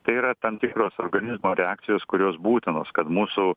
tai yra tam tikros organizmo reakcijos kurios būtinos kad mūsų